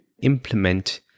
implement